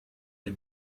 des